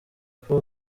paul